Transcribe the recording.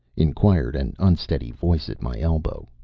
inquired an unsteady voice at my elbow.